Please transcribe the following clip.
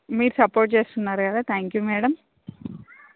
మీరు సపోర్ట్ చేస్తున్నారు కదా థ్యాంక్ యూ మేడం